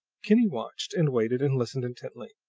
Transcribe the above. kinney watched and waited and listened intently.